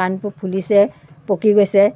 কাণপো ফুলিছে পকি গৈছে